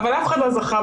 אבל חשובה מאוד השקיפות,